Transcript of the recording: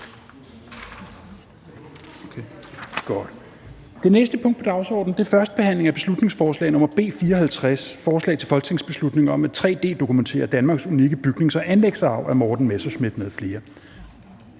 Det næste punkt på dagsordenen er: 2) 1. behandling af beslutningsforslag nr. B 54: Forslag til folketingsbeslutning om at tre-d-dokumentere Danmarks unikke bygnings- og anlægsarv. Af Morten Messerschmidt (DF) m.fl.